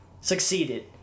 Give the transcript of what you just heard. succeeded